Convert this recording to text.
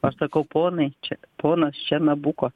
aš sakau ponai čia ponas čia nabuko